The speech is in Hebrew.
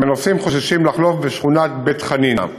אם הנוסעים חוששים לחלוף בשכונת בית-חנינא,